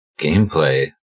gameplay